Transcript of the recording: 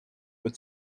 but